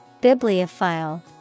Bibliophile